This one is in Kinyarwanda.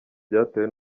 byatewe